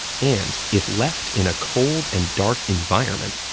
and if left in a cold and dark environment,